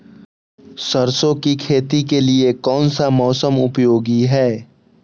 सरसो की खेती के लिए कौन सा मौसम उपयोगी है?